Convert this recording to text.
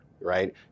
right